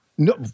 No